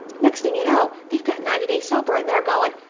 next thing you know, they've got ninety days sober and they're going,